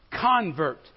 convert